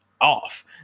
off